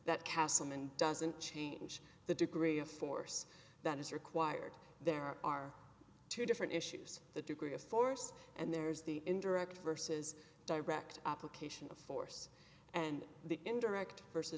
castleman doesn't change the degree of force that is required there are two different issues the degree of force and there's the indirect versus direct application of force and the indirect versus